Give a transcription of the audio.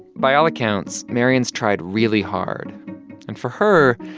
by all accounts, marian's tried really hard. and for her,